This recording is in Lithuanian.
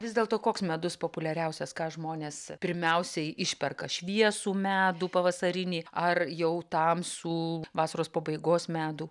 vis dėlto koks medus populiariausias ką žmonės pirmiausiai išperka šviesų medų pavasarinį ar jau tamsų vasaros pabaigos medų